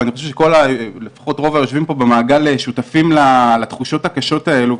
ואני חושב שלפחות רוב היושבים פה במעגל שותפים לתחושות הקשות האלה,